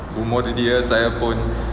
umur dia saya pun